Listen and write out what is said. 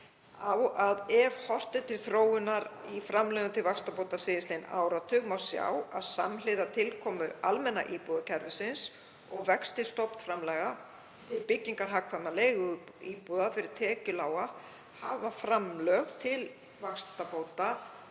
ef horft er til þróunar í framlögum til vaxtabóta síðastliðinn áratug má sjá að samhliða tilkomu almenna íbúðakerfisins og vexti stofnframlaga til byggingar hagkvæmra leiguíbúða fyrir tekjulága hafa framlög til vaxtabóta